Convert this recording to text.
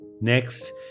Next